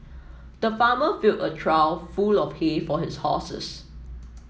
the farmer filled a trough full of hay for his horses